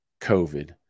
COVID